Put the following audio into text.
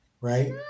Right